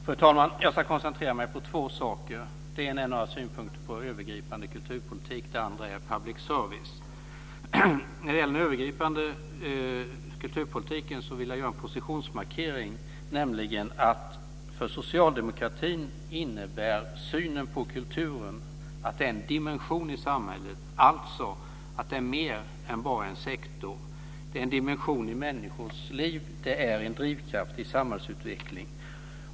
Fru talman! Jag ska koncentrera mig på två saker. Det gäller för det första några synpunkter på övergripande kulturpolitik och för det andra public service. När det gäller den övergripande kulturpolitiken vill jag göra en positionsmarkering, nämligen att den socialdemokratiska synen på kulturen innebär att denna är en dimension i samhället, alltså mer än bara en sektor. Det är en dimension i människors liv och en drivkraft till samhällsutveckling.